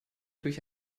durch